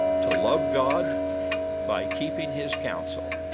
to love god by keeping his counsel